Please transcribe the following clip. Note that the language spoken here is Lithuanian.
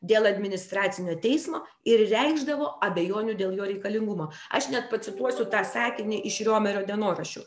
dėl administracinio teismo ir reikšdavo abejonių dėl jo reikalingumo aš net pacituosiu tą sakinį iš riomerio dienoraščių